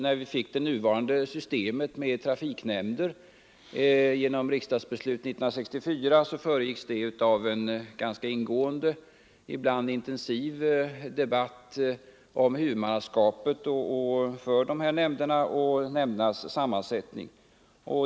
När vi fick det nuvarande systemet med trafiknämnder genom riksdagsbeslut 1964 hade det föregåtts av en ganska ingående, ibland intensiv debatt om huvudmannaskapet för dessa nämnder och om nämndernas sammansättning.